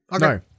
No